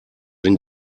den